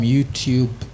YouTube